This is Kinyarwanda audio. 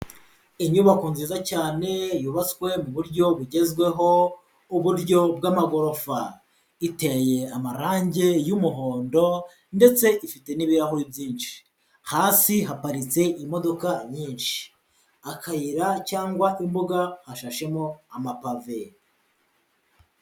Inyubako nziza cyane yubatswe mu buryo bugezweho uburyo bw'amagorofa, iteye amarange y'umuhondo ndetse ifite n'ibirahure byinshi, hasi haparitse imodoka nyinshi, akayira cyangwa imbuga hashashemo amapave.